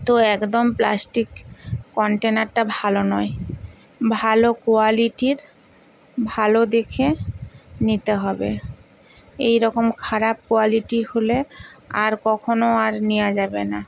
তো একদম প্লাস্টিক কন্টেনারটা ভালো নয় ভালো কোয়ালিটির ভালো দেখে নিতে হবে এইরকম খারাপ কোয়ালিটি হলে আর কখনও আর নেওয়া যাবে না